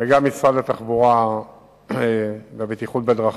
וגם משרד התחבורה והבטיחות בדרכים.